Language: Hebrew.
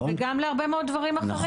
וגם להרבה מאוד דברים אחרים,